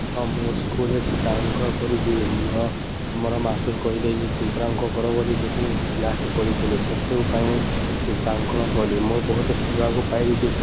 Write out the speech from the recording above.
ହଁ ମୁଁ ସ୍କୁଲ୍ରେ ଚିତ୍ରାଙ୍କନ କରିଛି ମୋର ଆମର ମାଷ୍ଟର୍ କହିଲେ ଇଏ ଚିତ୍ରାଙ୍କନ କର ବୋଲି ଗୋଟେ କ୍ଲାସ୍ଟେ କରିଥିଲେ ସେଥିରୁ ପାଇଁ ମୁଇଁ ଚିତ୍ରାଙ୍କନ କଲି ମୁଁ ବହୁତ ଶିଖିବାକୁ ପାଇଲି ଯେ